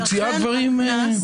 ממציאה דברים.